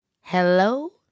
hello